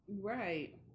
right